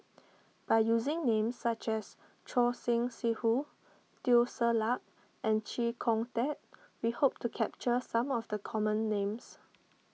by using names such as Choor Singh Sidhu Teo Ser Luck and Chee Kong Tet we hope to capture some of the common names